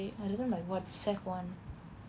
I read it like what sec one